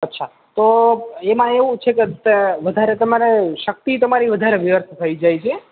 અચ્છા તો એમાં એવું છે કે વધારે તમારે શક્તિ તમારી વધારે વ્યર્થ થઈ જાય છે